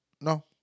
No